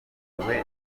n’umuntu